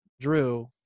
Drew